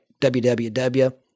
www